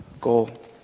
goal